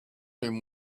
him